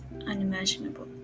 unimaginable